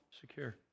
secure